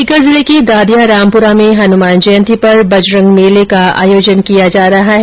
सीकर जिले के दादिया रामपुरा में हनुमान जयंती पर बजरंग मेले का आयोजन किया जा रहा है